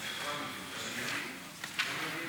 הנושא לוועדת הפנים והגנת הסביבה נתקבלה.